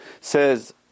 says